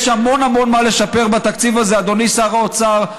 יש המון המון מה לשפר בתקציב הזה, אדוני שר האוצר.